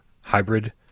hybrid